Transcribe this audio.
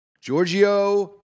Giorgio